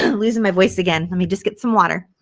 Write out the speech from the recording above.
losing my voice again. let me just get some water.